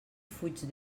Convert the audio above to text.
fuig